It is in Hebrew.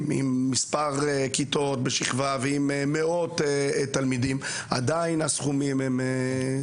עם מספר כיתות בשכבה ועם מאות תלמידים ועדיין הסכומים הם גבוהים?